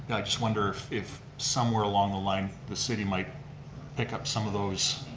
i just wonder if somewhere along the line, the city might pick up some of those,